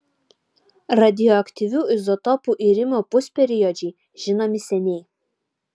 radioaktyvių izotopų irimo pusperiodžiai žinomi seniai